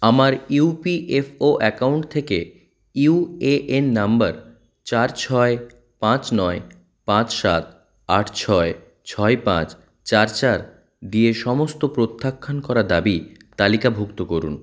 আমার EPFO account থেকে UAN number চার ছয় পাঁচ নয় পাঁচ সাত আট ছয় ছয় পাঁচ চার চার দিয়ে সমস্ত প্রত্যাখ্যান করা দাবি তালিকাভুক্ত করুন